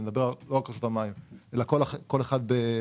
אני מדבר לא כנציג רשות המים, אלא כל אחד בתפקידו.